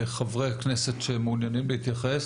חברי כנסת שמעוניינים להתייחס,